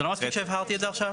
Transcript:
זה לא מספיק שהבהרתי את זה עכשיו?